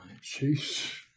Jeez